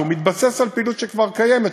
שמתבסס על פעילות שכבר קיימת,